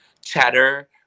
chatter